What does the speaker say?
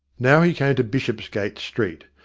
now he came to bishopsgate street,